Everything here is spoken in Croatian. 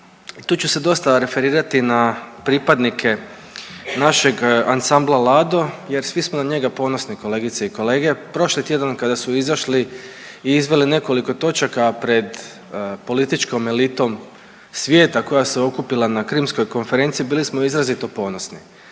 tu ću se dosta referirati na pripadnike našeg ansambla Lado jer svi smo na njega ponosni kolegice i kolege. Prošli tjedan kada su izašli i izveli nekoliko točaka pred političkom elitom svijeta koja se okupila na Krimskoj konferenciji bili smo izrazito ponosni,